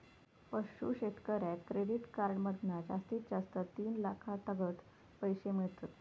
पशू शेतकऱ्याक credit card मधना जास्तीत जास्त तीन लाखातागत पैशे मिळतत